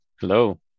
Hello